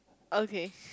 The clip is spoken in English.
okay